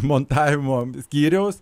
montavimo skyriaus